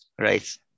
Right